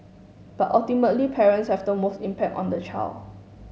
but ultimately parents have the most impact on the child